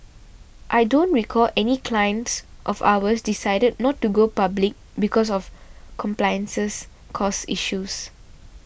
I don't recall any clients of ours decided not to go public because of compliances costs issues